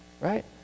right